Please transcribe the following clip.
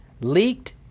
Leaked